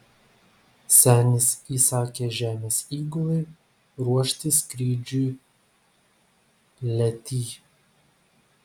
senis įsakė žemės įgulai ruošti skrydžiui letį